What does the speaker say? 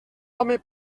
home